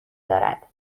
دارد